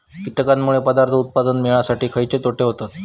कीटकांनमुळे पदार्थ उत्पादन मिळासाठी खयचे तोटे होतत?